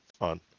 on